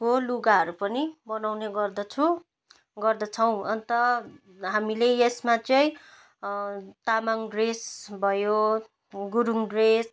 को लुगाहरू पनि बनाउने गर्दछु गर्दछौँ अन्त हामीले यसमा चाहिँ तामाङ ड्रेस भयो गुरुङ ड्रेस